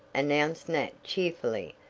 announced nat cheerfully.